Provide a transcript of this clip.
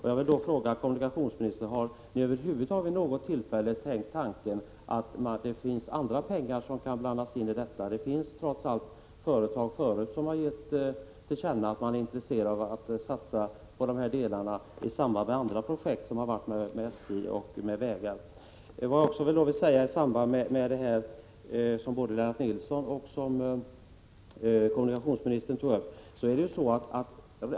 Har kommunikationsministern över huvud taget vid något tillfälle tänkt tanken att det finns andra pengar som kan blandas in? Det finns trots allt företag som förut har gett till känna att de är intresserade av att satsa på de här delarna i samband med andra projekt med SJ och vägar. I samband med det som både Lennart Nilsson och kommunikationsministern tog upp vill jag påpeka följande.